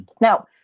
now